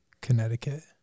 Connecticut